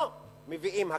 לא מביאים הקלות.